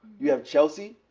you have chelsea,